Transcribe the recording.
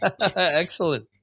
Excellent